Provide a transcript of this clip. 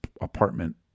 apartment